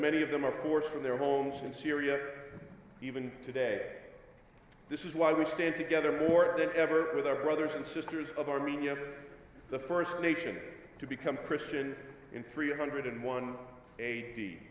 many of them are forced from their homes in syria even today this is why we stand together more than ever with our brothers and sisters of armenia the first nation to become christian in three hundred and one eighty